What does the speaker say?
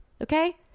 okay